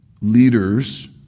leaders